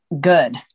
good